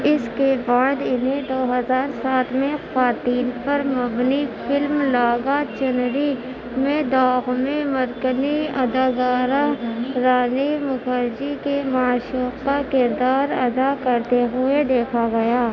اس کے بعد انہیں دو ہزار سات میں خواتین پر مبنی فلم لاگا چونری میں داغ میں مرکزی اداکارہ رانی مکھرجی کے معشوق کا کردار ادا کرتے ہوئے دیکھا گیا